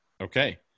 okay